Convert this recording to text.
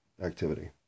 Activity